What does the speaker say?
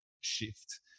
shift